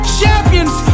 champions